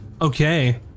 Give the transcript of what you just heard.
Okay